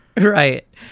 Right